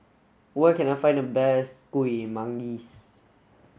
where can I find the best Kueh Manggis